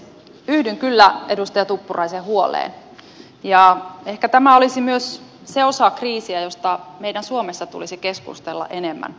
yhdyn kyllä edustaja tuppuraisen huoleen ja ehkä tämä olisi myös se osa kriisiä josta meidän suomessa tulisi keskustella enemmän